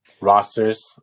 rosters